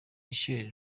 michelle